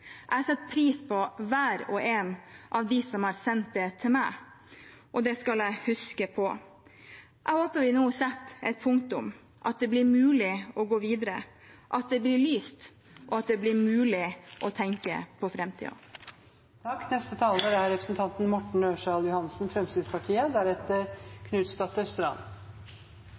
Jeg setter pris på hver og en av dem som har sendt det til meg, og det skal jeg huske på. Jeg håper vi nå setter et punktum, at det blir mulig å gå videre, at det blir lyst, og at det blir mulig å tenke på framtiden. Det er